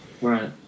Right